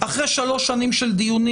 אחרי שלוש שנות דיונים